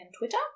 Twitter